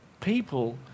people